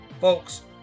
Folks